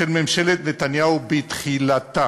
של ממשלת נתניהו בתחילתה.